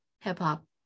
hip-hop